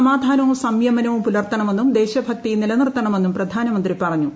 സമാധാനവും സംയമനവും പുലർത്തണമെന്നും ദേശഭക്തി നിലനിർത്തണമെന്നും പ്രധാനമന്ത്രി പറഞ്ഞു